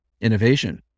innovation